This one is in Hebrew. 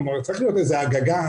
כלומר צריך להיות איזו --- ממשלתית,